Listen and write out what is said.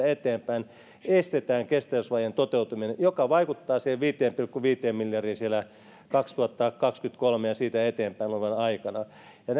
eteenpäin ja estetään kestävyysvajeen toteutuminen joka vaikuttaa siihen viiteen pilkku viiteen miljardiin siellä kaksituhattakaksikymmentäkolme ja siitä eteenpäin olevana aikana